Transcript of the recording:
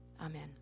Amen